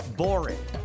boring